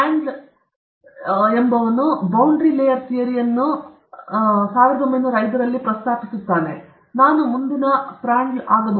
ನೀವು ಏನು ಮಾಡಬೇಕೆಂದು ನಮಗೆ ಗೊತ್ತಿಲ್ಲ ನಾವು ಅದರಲ್ಲಿ ಒಂದು ಶೇಕಡಾ ಅಥವಾ ಅರ್ಧ ಪ್ರತಿಶತಕ್ಕೆ ಬರಬಾರದು ಆದರೆ ನಿಮ್ಮಲ್ಲಿ ಒಳಗಿರಬಹುದು ನಾನು ಮುಂದಿನ ಪ್ರಾಂಡ್ಲ್ ಆಗಬಹುದೇ